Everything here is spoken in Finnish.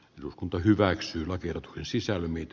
eduskunta hyväksyy lakiin sisälly mitä